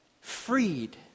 freed